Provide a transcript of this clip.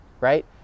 right